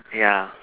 ya